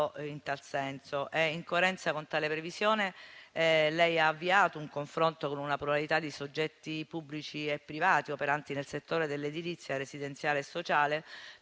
In coerenza con tale previsione, lei ha avviato un confronto con una probabilità di soggetti pubblici e privati operanti nel settore dell'edilizia residenziale e sociale,